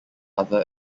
other